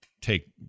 take